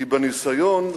כי בניסיון,